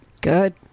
Good